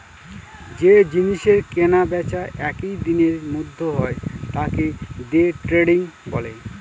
যে জিনিসের কেনা বেচা একই দিনের মধ্যে হয় তাকে দে ট্রেডিং বলে